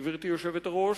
גברתי היושבת-ראש,